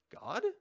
God